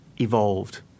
evolved